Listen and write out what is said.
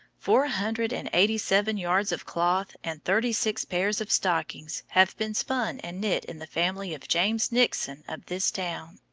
four hundred and eighty-seven yards of cloth and thirty-six pairs of stockings have been spun and knit in the family of james nixon of this town.